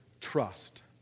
trust